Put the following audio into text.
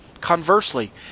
Conversely